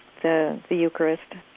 the the eucharist.